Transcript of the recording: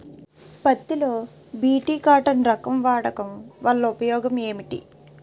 పత్తి లో BT cotton రకం వాడకం వల్ల ఉపయోగం ఏమిటి?